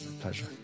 pleasure